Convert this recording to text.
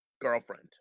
girlfriend